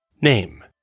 Name